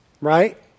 Right